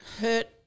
hurt